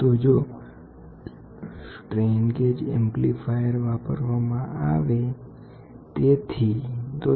તો જો strain gauge amplifier વાપરવામાં આવે તો સ્ટ્રેન ગેજ એમ્પ્લીફાયર ક્યાંથી આવશે